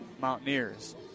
Mountaineers